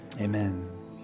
amen